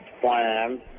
plan